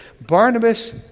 Barnabas